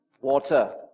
water